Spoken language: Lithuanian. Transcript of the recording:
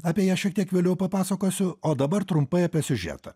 apie ją šiek tiek vėliau papasakosiu o dabar trumpai apie siužetą